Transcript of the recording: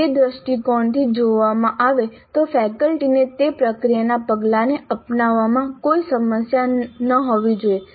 તે દ્રષ્ટિકોણથી જોવામાં આવે તો ફેકલ્ટીને તે પ્રક્રિયાના પગલાને અપનાવવામાં કોઈ સમસ્યા ન હોવી જોઈએ